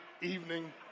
evening